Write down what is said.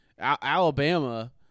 Alabama